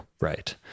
right